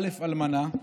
"א' אלמנה",